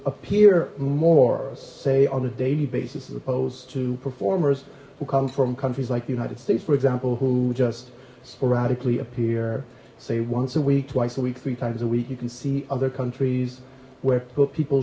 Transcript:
appear more say on a daily basis as opposed to performers who come from countries like the united states for example who just sporadically appear say once a week twice a week three times a week you can see other countries where people